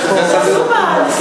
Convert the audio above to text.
אני חושב שזה